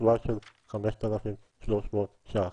תשואה של 5,300 שקלים,